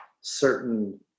certain